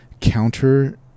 counter